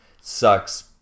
Sucks